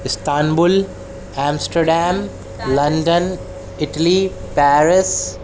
Istanbul Amsterdam London Italy Paris